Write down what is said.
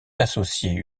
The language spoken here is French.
associer